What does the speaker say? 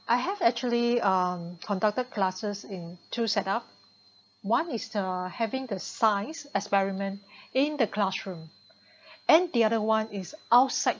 I have actually um conducted classes in two set up one is the having the science experiment in the classroom and the other one is outside